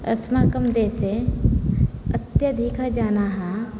अस्माकं देशे अत्यधिकजनाः